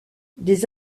des